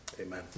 amen